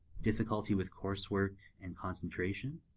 difficulty with coursework and concentration,